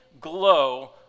glow